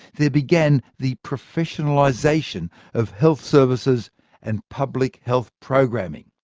there began the professionalisation of health services and public health programming.